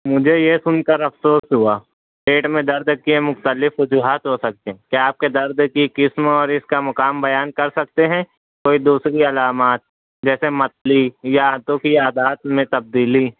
مجھے یہ سن کر افسوس ہوا پیٹ میں درد کے مختلف وجوہات ہوسکتے ہیں کیا آپ کے درد کی قسم اور اس کا مقام بیان کرسکتے ہیں کوئی دوسری علامات جیسے متلی یا آنتوں کی عادات میں تبدیلی